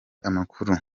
amakuru